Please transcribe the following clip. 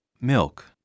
Milk